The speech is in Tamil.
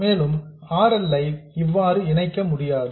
மேலும் R L ஐ இவ்வாறு இணைக்க முடியாது